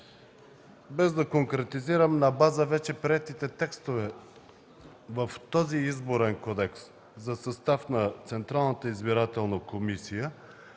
без да конкретизирам, на база вече приетите текстове в този Изборен кодекс за състав на Централната избирателна комисия,